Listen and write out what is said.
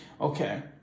Okay